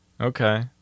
Okay